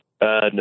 No